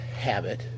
habit